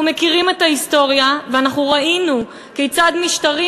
אנחנו מכירים את ההיסטוריה וראינו כיצד משטרים